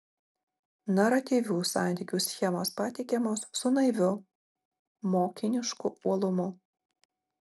naratyvinių santykių schemos pateikiamos su naiviu mokinišku uolumu